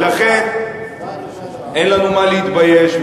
ולכן אין לנו מה להתבייש.